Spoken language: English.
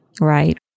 Right